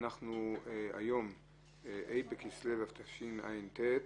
היום ה' בכסלו התשע"ט,